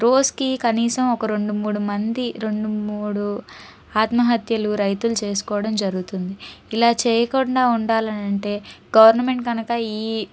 రోజుకి కనీసం ఒక రెండు మూడు మంది రెండు మూడు ఆత్మహత్యలు రైతులు చేసుకోవడం జరుగుతుంది ఇలా చేయకుండా ఉండాలనంటే గవర్నమెంట్ కనుక